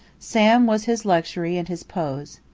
sam was his luxury and his pose.